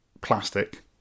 plastic